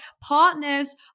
partners